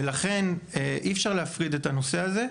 ולכן, אי אפשר להפריד את הנושא הזה,